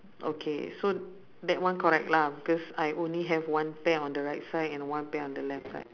okay so that one correct lah because I only have one pair on the right side and one pair on the left side